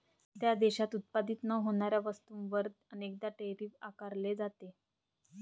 त्या देशात उत्पादित न होणाऱ्या वस्तूंवर अनेकदा टैरिफ आकारले जाते